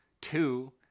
two